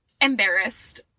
embarrassed